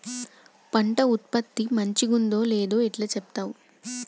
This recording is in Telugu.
పంట ఉత్పత్తి మంచిగుందో లేదో ఎట్లా చెప్తవ్?